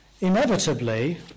inevitably